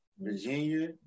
Virginia